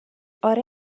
اره